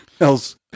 else